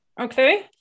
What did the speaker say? Okay